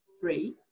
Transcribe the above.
three